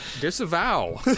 Disavow